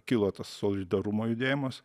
kilo tas solidarumo judėjimas